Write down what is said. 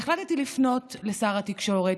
והחלטתי לפנות לשר התקשורת,